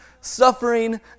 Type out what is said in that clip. suffering